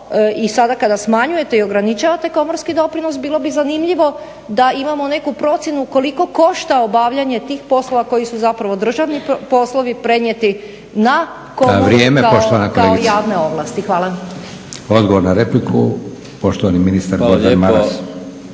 I sada kada smanjujete i ograničavate komorski doprinos bilo bi zanimljivo da imamo neku procjenu koliko košta obavljanje tih poslova koji su zapravo državni poslovi prenijeti na komoru kao javne ovlasti? Hvala. **Leko, Josip (SDP)** Odgovor na repliku poštovani ministar Gordan Maras.